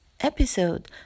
episode